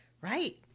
Right